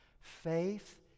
Faith